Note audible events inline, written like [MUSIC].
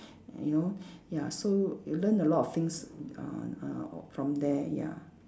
you know [BREATH] ya so you learn a lot of things uh uh from there ya